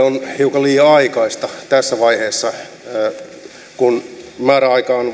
on hiukan liian aikaista tässä vaiheessa kun määräaika on